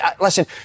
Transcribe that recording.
Listen